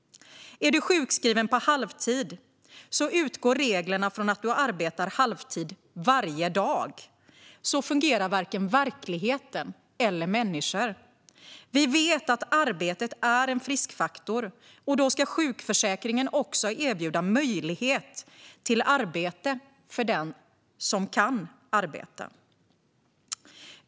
Är man sjukskriven på halvtid utgår reglerna från att man arbetar halvtid varje dag. Så fungerar varken verklighet eller människor. Vi vet att arbetet är en friskfaktor, och då ska sjukförsäkringen också erbjuda möjlighet till arbete för den som kan arbeta.